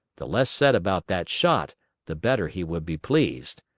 the less said about that shot the better he would be pleased.